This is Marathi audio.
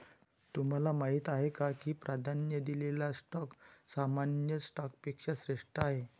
तुम्हाला माहीत आहे का की प्राधान्य दिलेला स्टॉक सामान्य स्टॉकपेक्षा श्रेष्ठ आहे?